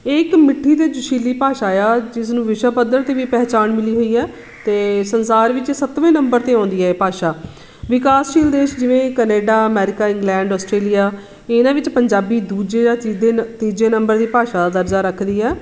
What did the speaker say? ਇਹ ਇੱਕ ਮਿੱਠੀ ਅਤੇ ਜੋਸ਼ੀਲੀ ਭਾਸ਼ਾ ਆ ਜਿਸਨੂੰ ਵਿਸ਼ਵ ਪੱਧਰ 'ਤੇ ਵੀ ਪਹਿਚਾਣ ਮਿਲੀ ਹੋਈ ਹੈ ਅਤੇ ਸੰਸਾਰ ਵਿੱਚ ਸੱਤਵੇਂ ਨੰਬਰ 'ਤੇ ਆਉਂਦੀ ਹੈ ਇਹ ਭਾਸ਼ਾ ਵਿਕਾਸਸ਼ੀਲ ਦੇਸ਼ ਜਿਵੇਂ ਕਨੇਡਾ ਅਮੈਰੀਕਾ ਇੰਗਲੈਂਡ ਆਸਟ੍ਰੇਲੀਆ ਇਹਨਾਂ ਵਿੱਚ ਪੰਜਾਬੀ ਦੂਜੇ ਜਾਂ ਤੀਜੇ ਨ ਤੀਜੇ ਨੰਬਰ ਦੀ ਭਾਸ਼ਾ ਦਾ ਦਰਜਾ ਰੱਖਦੀ ਹੈ